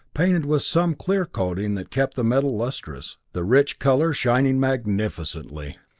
painted with some clear coating that kept the metal lustrous, the rich color shining magnificently.